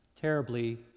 terribly